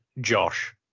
Josh